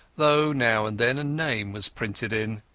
though now and then a name was printed in.